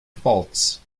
faults